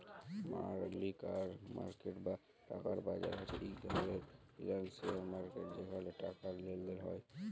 মালি market বা টাকার বাজার হছে ইক ধরলের ফিল্যালসিয়াল মার্কেট যেখালে টাকার লেলদেল হ্যয়